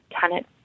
tenant